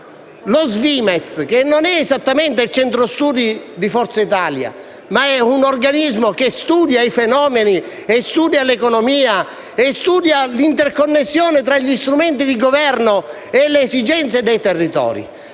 Lo SVIMEZ, che non è esattamente il centro studi di Forza Italia, ma un organismo che studia i fenomeni, l'economia e l'interconnessione tra gli strumenti di Governo e le esigenze dei territori,